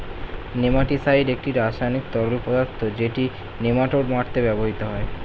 nematicide একটি রাসায়নিক তরল পদার্থ যেটি নেমাটোড মারতে ব্যবহৃত হয়